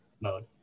mode